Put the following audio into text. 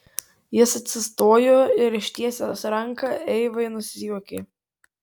jis atsistojo ir ištiesęs ranką eivai nusijuokė